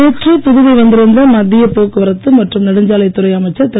நேற்று புதுவை வந்திருந்த மத்திய போக்குவரத்து மற்றும் நெடுஞ்சாலைத் துறை அமைச்சர் திரு